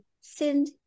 send